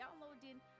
downloading